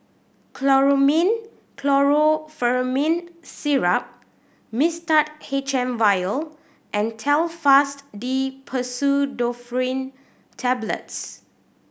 Chlormine Chlorpheniramine Syrup Mixtard H M Vial and Telfast D Pseudoephrine Tablets